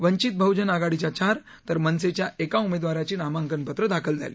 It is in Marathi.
वंचित बहजन आघाडीच्या चार तर मनसेच्या एका उमेदवारांची नामांकन पत्र दाखल झाली